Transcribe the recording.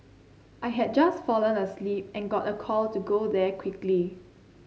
I had just fallen asleep and got a call to go there quickly